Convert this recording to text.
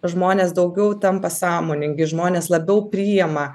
žmonės daugiau tampa sąmoningi žmonės labiau priema